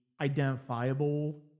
identifiable